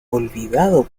olvidado